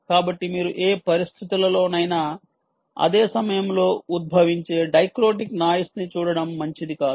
కాబట్టి మీరు ఏ పరిస్థితులలోనైనా అదే సమయంలో ఉద్భవించే డైక్రోటిక్ నాయిస్ ని చూడటం మంచిది కాదు